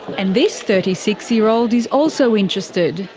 and this thirty six year old is also interested,